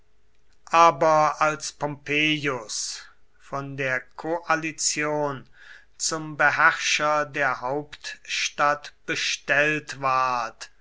aber als pompeius von der koalition zum beherrscher der hauptstadt bestellt ward